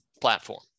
platform